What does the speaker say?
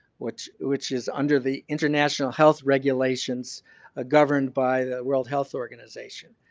which which is under the international health regulations ah governed by the world health organization.